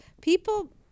people